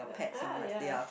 uh uh ya